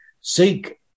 seek